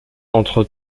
entre